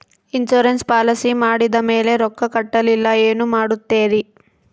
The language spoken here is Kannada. ಇನ್ಸೂರೆನ್ಸ್ ಪಾಲಿಸಿ ಮಾಡಿದ ಮೇಲೆ ರೊಕ್ಕ ಕಟ್ಟಲಿಲ್ಲ ಏನು ಮಾಡುತ್ತೇರಿ?